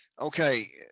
Okay